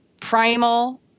primal